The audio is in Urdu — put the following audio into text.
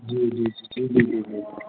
جی جی جی